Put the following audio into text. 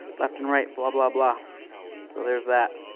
left and right, blah, blah, blah so there's that.